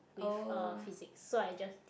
with uh physics so I just did